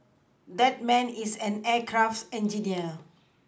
that man is an aircraft engineer